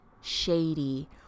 shady